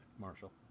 Marshall